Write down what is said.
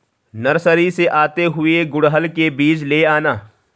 nursery से आते हुए गुड़हल के बीज ले आना